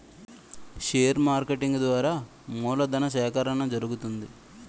share marketing ద్వారా మూలధను సేకరణ జరుగుతుంది